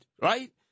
right